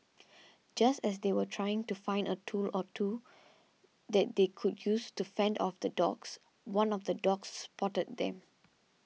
just as they were trying to find a tool or two that they could use to fend off the dogs one of the dogs spotted them